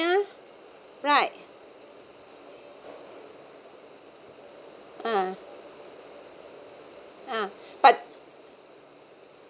ah right uh uh but